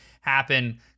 happen